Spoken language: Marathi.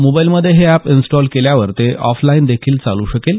मोबाईलमध्ये हे अॅप इन्स्टॉल केल्यावर ते ऑफलाईन देखील चालू शकेल